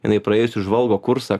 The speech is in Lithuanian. jinai praėjusi žvalgo kursą